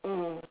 mm